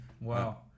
wow